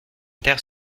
inter